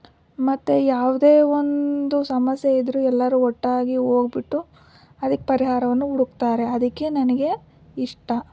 ಮತ್ತು ಯಾವುದೇ ಒಂದು ಸಮಸ್ಯೆ ಇದ್ದರೂ ಎಲ್ಲರೂ ಒಟ್ಟಾಗಿ ಹೋಗ್ಬಿಟ್ಟು ಅದಕ್ಕೆ ಪರಿಹಾರವನ್ನು ಹುಡುಕ್ತಾರೆ ಅದಕ್ಕೆ ನನಗೆ ಇಷ್ಟ